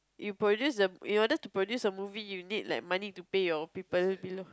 you produce a in order to produce a movie you need like money to pay your people below